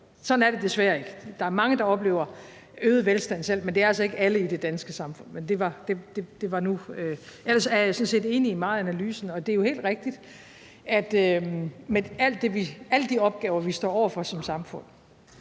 Sådan er det desværre ikke. Der er mange, der oplever øget velstand, men det er altså ikke alle i det danske samfund. Ellers er jeg sådan set enig i meget af analysen, og det er jo helt rigtigt med alle de opgaver, vi står over for som samfund.